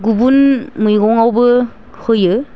गुबुन मैगंआवबो होयो